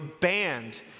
banned